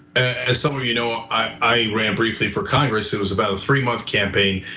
as some of you know, i ran briefly for congress. it was about a three month campaign,